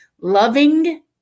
Loving